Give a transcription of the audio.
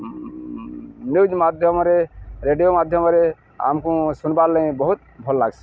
news ମାଧ୍ୟମରେ radio ମାଧ୍ୟମରେ ଆମକୁ ଶୁଣବାର୍ ଲାଗେଁ ବହୁତ ଭଲ ଲାଗ୍ସି